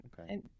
Okay